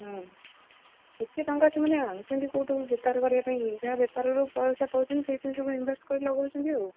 ଏତେ ଟଙ୍କା ସେମାନେ ଆଣୁଛନ୍ତି କୋଉଠୁ ବେପାର କରିବାପାଇଁ କି ଯାହା ବେପାରରୁ ପଇସା ପାଉଛନ୍ତି ସେଇଥିରେ ସବୁ ଇନ୍ଭେଷ୍ଟ କରି ଲଗଉଛନ୍ତି ଆଉ